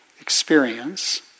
experience